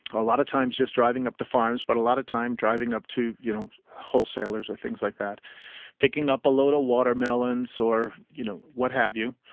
a lot of times just driving up to farms but a lot of time driving up to, you know wholesalers, or things like that picking up a load of watermelons or you know what have you,